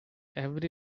every